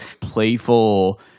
playful